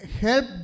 help